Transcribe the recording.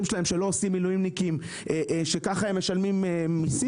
שלהם שלא עושים מילואים שככה הם משלמים מסים,